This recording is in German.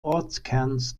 ortskerns